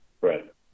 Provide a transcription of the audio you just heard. Right